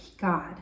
God